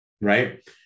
right